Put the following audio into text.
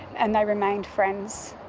and they remained friends.